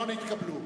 לא נתקבלה.